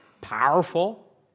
powerful